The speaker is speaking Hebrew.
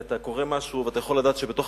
אתה קורא משהו ואתה יכול לדעת שבתוך